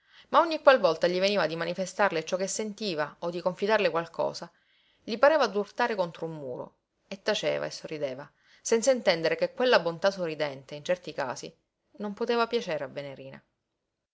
ma ogni qualvolta gli veniva di manifestarle ciò che sentiva o di confidarle qualcosa gli pareva d'urtare contro un muro e taceva e sorrideva senza intendere che quella bontà sorridente in certi casi non poteva piacere a venerina